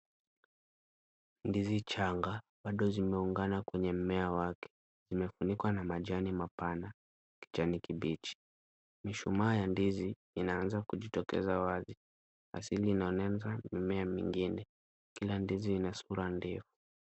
Ndizi changa bado zimeungana kwenye mmea wake. Zimefunikwa na majani mapana ya kijani kibichi. Mishumaa ya ndizi inaanza kujitokeza wazi. Asili inaonyesha mimea mingine. Kila ndizi ina sura ndefu.